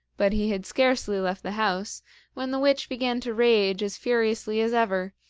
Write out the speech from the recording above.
but he had scarcely left the house when the witch began to rage as furiously as ever,